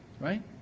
Right